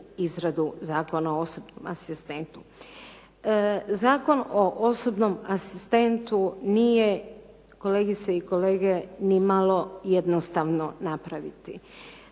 izradu Zakona o osobnom asistentu. Zakon o osobnom asistentu nije, kolegice i kolege, nimalo jednostavno napraviti.